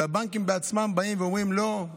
והבנקים בעצמם באים ואומרים: לא,